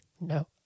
No